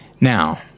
Now